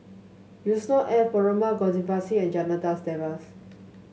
Yusnor Ef Perumal Govindaswamy and Janadas Devan